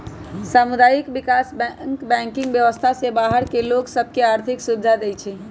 सामुदायिक विकास bank banking व्यवस्था से बाहर के लोग सभ के आर्थिक सुभिधा देँइ छै